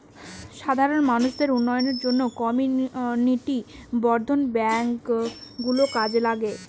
সাধারণ মানুষদের উন্নয়নের জন্য কমিউনিটি বর্ধন ব্যাঙ্ক গুলো কাজে লাগে